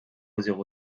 zéro